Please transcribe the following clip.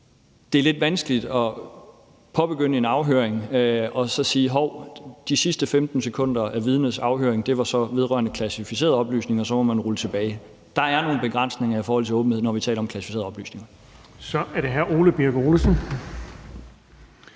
Det er lidt vanskeligt at påbegynde en afhøring og så sige, at hov, de sidste 15 sekunder af afhøringen af vidnet var så vedrørende klassificerede oplysninger, og så må man rulle tilbage. Der er nogle begrænsninger i forhold til åbenhed, når vi taler om klassificerede oplysninger. Kl. 17:09 Den fg. formand